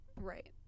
Right